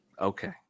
Okay